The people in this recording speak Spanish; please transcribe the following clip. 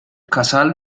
casal